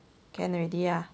can already ah